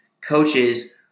coaches